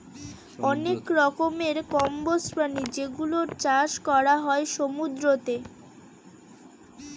অনেক রকমের কম্বোজ প্রাণী যেগুলোর চাষ করা হয় সমুদ্রতে